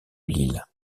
l’île